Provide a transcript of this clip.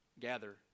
gather